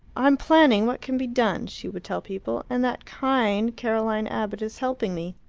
i am planning what can be done, she would tell people, and that kind caroline abbott is helping me.